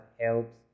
helps